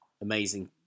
amazing